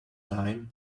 time